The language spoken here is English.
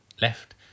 left